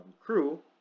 crew